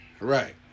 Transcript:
Right